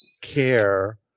care